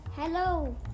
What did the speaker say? Hello